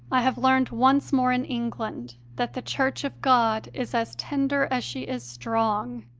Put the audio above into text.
i have learned once more in england that the church of god is as tender as she is strong.